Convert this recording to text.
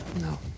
No